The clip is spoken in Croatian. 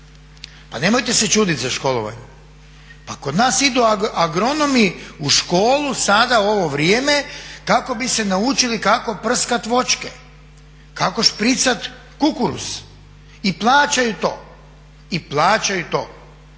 Pa nemojte se čuditi za školovanje. Pa kod nas idu agronomi u školu sada ovo vrijeme kako bi se naučili kako prskati voćke, kako špricati kukuruz i plaćaju to. Pa nije ni